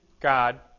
God